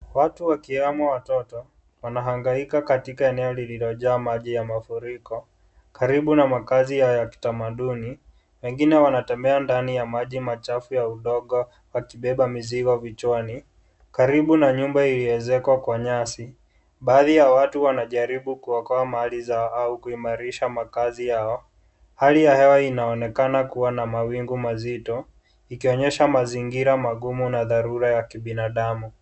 Watu wakiwemo watoto wanahangaika katika eneo lililojaa maji ya mafuriko karibu na makazi ya kitamaduni. Wengine wanatembea ndani ya maji machafu ya udongo, wakibeba mizigo vichwani, karibu na nyumba iliyoezekwa kwa nyasi. Baadhi ya watu wanajaribu kuokoa mali zao au kuimarisha makazi yao. Hali ya hewa inaonekana kuwa na mawingu mazito; ikionyesha mazingira magumu na dharura ya kibinadamu.